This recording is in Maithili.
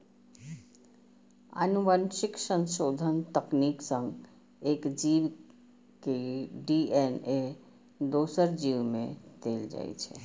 आनुवंशिक संशोधन तकनीक सं एक जीव के डी.एन.ए दोसर जीव मे देल जाइ छै